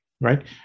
right